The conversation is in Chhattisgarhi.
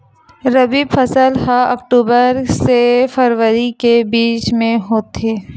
रबी फसल हा अक्टूबर से फ़रवरी के बिच में होथे